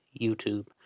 youtube